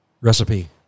recipe